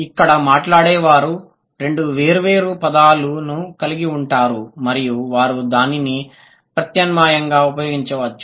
ఇక్కడ మాట్లాడేవారు రెండు వేర్వేరు పదాలను కలిగి ఉంటారు మరియు వారు దానిని ప్రత్యామ్నాయంగా ఉపయోగించవచ్చు